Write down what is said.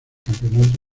campeonato